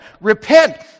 repent